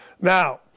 Now